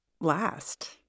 last